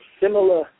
similar